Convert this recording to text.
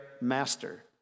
master